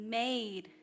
made